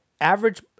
average